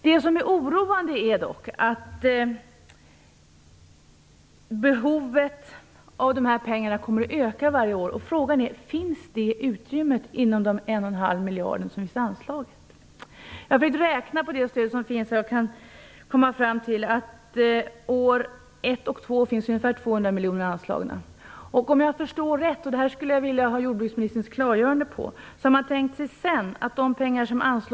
Det oroande är att behovet av dessa pengar kommer att öka varje år. Frågan är om det utrymmet finns inom anslaget på 1,5 miljard. Jag har försökt räkna på det stöd som finns och kommit fram till att det år ett och två finns ungefär 200 miljoner anslagna. Om jag förstår rätt har man sedan tänkt att de pengar som nu anslås till utbildning sedan skall gå till ekologisk odling.